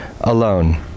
alone